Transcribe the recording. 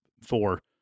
four